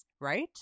right